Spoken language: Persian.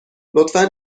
لطفا